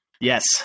Yes